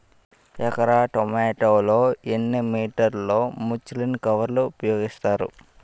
ఎకర టొమాటో లో ఎన్ని మీటర్ లో ముచ్లిన్ కవర్ ఉపయోగిస్తారు?